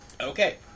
Okay